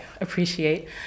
appreciate